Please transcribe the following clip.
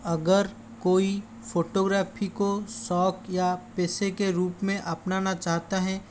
अगर कोई फ़ोटोग्राफी को शौक या पैसे के रूप में अपनाना चाहता है